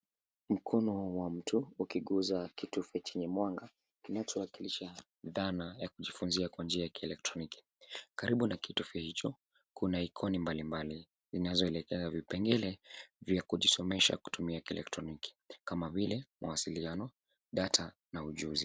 Mkono wa mtu ukiguza kitufe chenye mwanga kinachowakilisha dhana ya kujifunzia kwa njia ya kielektroniki. karibu na kitufe hicho, kuna ikoni mbalimbali zinazoelekeza vipengele vya kujisomesha kutumia kielektroniki kama vile mawasiliano, data na ujuzi.